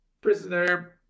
prisoner